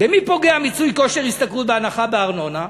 במי פוגע מיצוי כושר השתכרות בהנחה בארנונה?